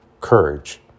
Courage